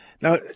Now